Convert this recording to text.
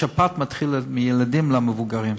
השפעת מתחילה מילדים ועוברת למבוגרים.